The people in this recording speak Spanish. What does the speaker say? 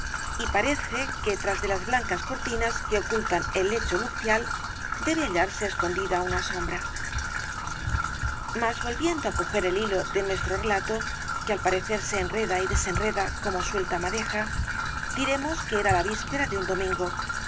y parece que tras de las blancas cortinas que ocultan el lecho nupcial debe hallarse escondida una sombra mas volviendo á coger el hilo de nuestro relato que al parecer se enreda y desenreda como suelta madeja diremos que era la víspera de un domingo